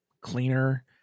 cleaner